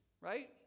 right